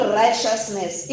righteousness